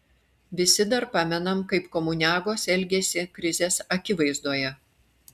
visi dar pamenam kaip komuniagos elgėsi krizės akivaizdoje